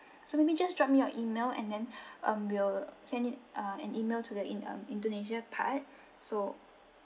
so maybe just drop me your email and then um we'll send in uh an email to the in~ um indonesia part so